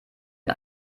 ein